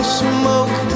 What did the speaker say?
smoke